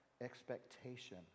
expectation